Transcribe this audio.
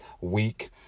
week